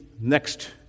next